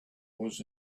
was